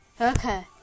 Okay